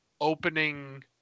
opening